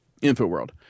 InfoWorld